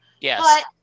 Yes